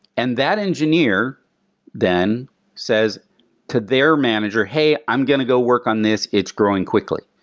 and that engineer then says to their manager, hey, i'm going to go work on this. it's growing quickly.